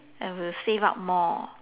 I will save up more